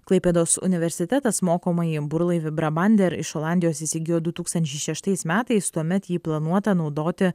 klaipėdos universitetas mokomąjį burlaivį brabander iš olandijos įsigijo du tūkstančiai šeštais metais tuomet jį planuota naudoti